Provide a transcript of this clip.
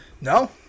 No